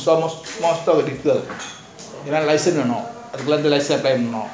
for stock small stock later license வேணும்:venum license apply பண்ணனும்:pannanum